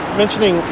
mentioning